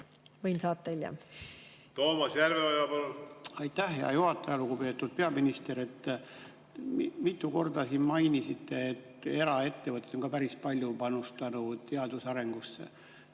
Võin saata hiljem. Toomas Järveoja, palun! Aitäh, hea juhataja! Lugupeetud peaminister! Te mitu korda siin mainisite, et eraettevõtted on päris palju panustanud teaduse arendusse.